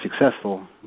successful